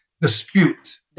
disputes